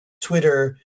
Twitter